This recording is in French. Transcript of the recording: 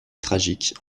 tragique